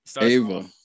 Ava